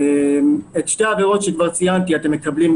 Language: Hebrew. את שתי העבירות שכבר ציינתי אתם מקבלים,